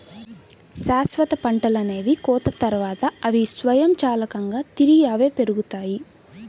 శాశ్వత పంటలనేవి కోత తర్వాత, అవి స్వయంచాలకంగా తిరిగి అవే పెరుగుతాయి